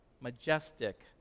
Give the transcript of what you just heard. majestic